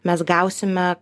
mes gausime